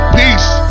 peace